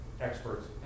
experts